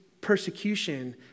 persecution